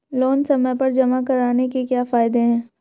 Loan समय पर जमा कराने के क्या फायदे हैं?